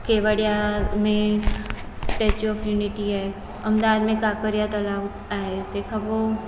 केवड़िया में Statue of Unity आहे अहमदाबाद में काकरिया तलाउ आहे तंहिं खां पोइ